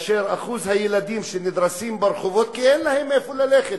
אחוז הילדים שנדרסים ברחובות כי אין להם איפה ללכת,